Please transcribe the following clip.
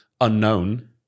unknown